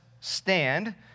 stand